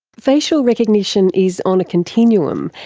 facial recognition is on a continuum,